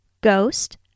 Ghost